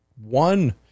one